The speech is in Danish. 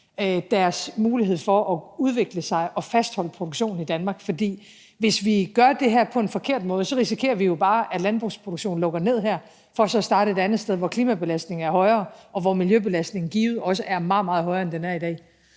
deres mulighed for at udvikle sig og fastholde en produktion i Danmark. For hvis vi gør det her på en forkert måde, risikerer vi jo bare, at landbrugsproduktionen lukker ned her for så at starte et andet sted, hvor klimabelastningen er højere, og hvor miljøbelastningen givet også er meget, meget højere, end den er i dag